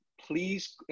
Please